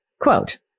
Quote